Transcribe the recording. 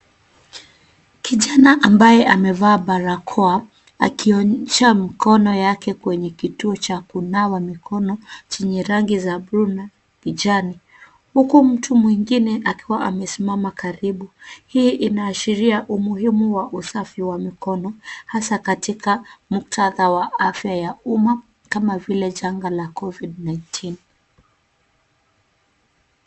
Kijana ambaye amevaa barakoa, akiosha mikono yake kwenye kituo cha kunawa mikono, chenye rangi za buluu na kijani. Huku mtu mwingine akiwa amesimama karibu. Hii inaashiria umuhimu wa usafi wa mkono, hasaa katika muktadha wa afya ya umma kama vile janga la Covid 19.